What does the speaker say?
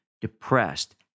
depressed